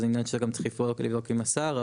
זה עניין שצריך גם לבדוק אותו עם השר.